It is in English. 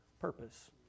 purpose